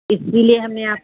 इसलिए हमने अ